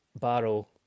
Barrow